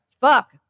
Fuck